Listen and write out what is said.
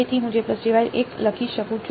તેથી હું એક લખી શકું છું